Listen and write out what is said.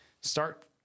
start